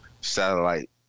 satellite